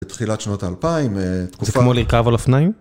תחילת שנות האלפיים, תקופה. זה כמו לרכב על אופניים?